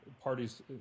parties